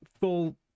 full